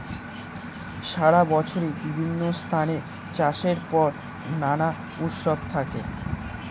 সারা বছরই বিভিন্ন স্থানে চাষের পর নানা উৎসব থাকে